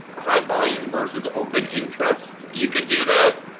high volume versus open interest. you could do that,